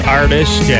artist